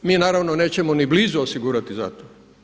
Mi naravno nećemo ni blizu osigurati za to.